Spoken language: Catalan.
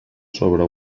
sobre